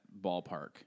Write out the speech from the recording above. ballpark